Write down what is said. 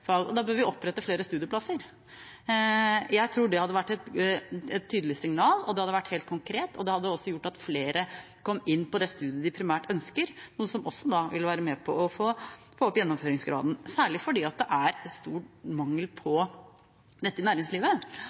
Da bør vi opprette flere studieplasser. Jeg tror det hadde vært et tydelig signal, og det hadde vært helt konkret. Det hadde også gjort at flere kom inn på det studiet de primært ønsker, noe som også ville være med på å få opp gjennomføringsgraden, særlig fordi det er en stor mangel på folk med IKT-utdanning i næringslivet.